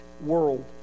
world